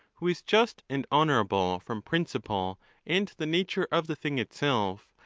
who is just and honourable from principle and the nature of the thing itself,